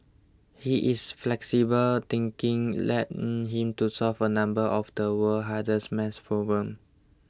he is flexible thinking led him to solve a number of the world's hardest math problems